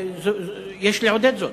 יש לעודד זאת.